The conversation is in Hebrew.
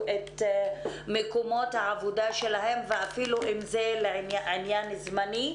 את מקומות העבודה שלהם ואפילו אם זה עניין זמני.